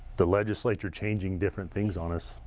the legislature changing different things on us.